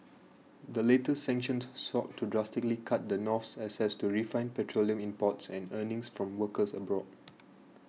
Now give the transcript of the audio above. the latest sanctions sought to drastically cut the North's access to refined petroleum imports and earnings from workers abroad